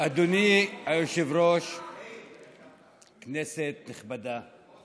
אדוני היושב-ראש, כנסת נכבדה,